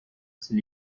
ces